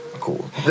cool